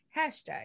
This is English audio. Hashtag